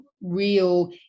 real